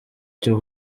cyo